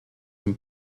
and